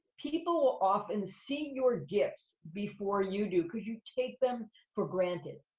people will often see your gifts before you do, cause you take them for granted,